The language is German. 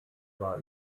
war